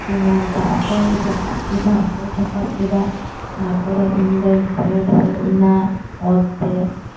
ᱠᱚ ᱢᱮᱱᱫᱟ ᱚᱠᱚᱭ ᱪᱟᱯᱟᱫ ᱠᱮᱫᱟ ᱚᱠᱚᱭ ᱪᱟᱯᱟᱫ ᱠᱮᱫᱟ ᱛᱟᱨᱯᱚᱨᱮ ᱤᱧᱫᱚᱧ ᱯᱷᱮᱰ ᱦᱮᱡᱱᱟ ᱚᱛ ᱛᱮ